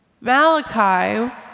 Malachi